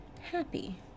happy